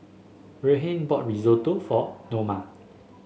Reinhold bought Risotto for Noma